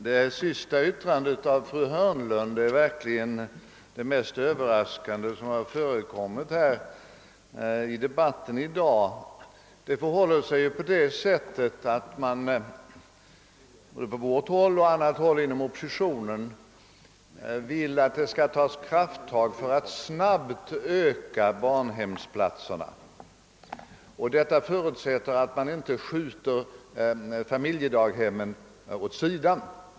Herr talman! Fru Hörnlunds yttrande är verkligen det mest överraskande som förekommit i debatten i dag. Vi vill, liksom andra inom oppositionen, att det skall tas krafttag för att snabbt öka antalet daghemsplatser. Detta förutsätter att man inte skjuter familjedaghemmet åt sidan.